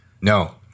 No